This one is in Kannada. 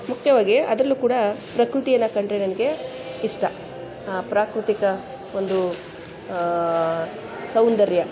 ಮುಖ್ಯವಾಗಿ ಅದರಲ್ಲು ಕೂಡ ಪ್ರಕೃತಿಯನ್ನು ಕಂಡರೆ ನನಗೆ ಇಷ್ಟ ಆ ಪ್ರಾಕೃತಿಕ ಒಂದು ಸೌಂದರ್ಯ